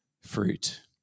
fruit